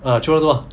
ah qiu rong 做么